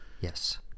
yes